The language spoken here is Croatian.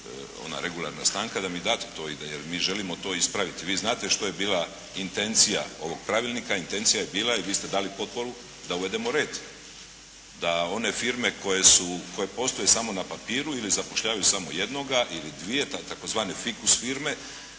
ona regularna stanka, da mi date to i da, jer mi želimo to ispraviti. Vi znate što je bila intencija ovog pravilnika. Intencija je bila i vi ste dali potporu da uvedemo red. Da one firme koje postoje samo na papiru ili zapošljavaju samo jednoga ili dvije, tzv. fikus firme,